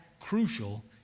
crucial